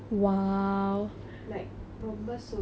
like ரொம்ப சுவையா இருக்கும்:romba suvaiyaa irukkum